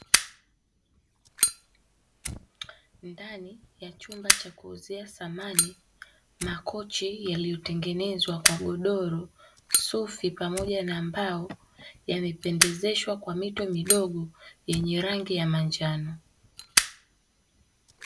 Ndani ya chumba cha kuuzia samani, makochi yaliyotengenezwa kwa godoro, sufi pamoja na mbao yamependezeshwa kwa mito midogo yenye rangi ya manjano.